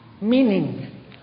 meaning